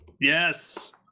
Yes